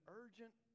urgent